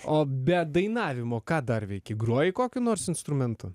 o be dainavimo ką dar veiki groji kokiu nors instrumentu